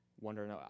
wondering